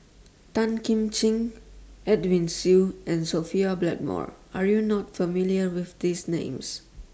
Tan Kim Ching Edwin Siew and Sophia Blackmore Are YOU not familiar with These Names